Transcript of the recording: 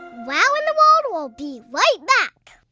wow in the world will be right back.